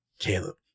Caleb